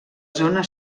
zona